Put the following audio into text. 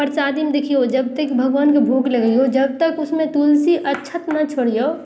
प्रसादीमे देखियौ जब तक भगवानके भोग लगबियौ जब तक उसमे तुलसी अच्छत नहि छोड़ियौ